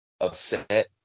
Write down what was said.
upset